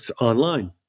online